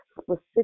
specific